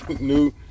new